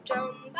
Jump